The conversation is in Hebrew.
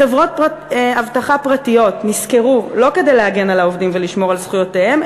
חברות אבטחה פרטיות נשכרו לא כדי להגן על העובדים ולשמור על זכויותיהם,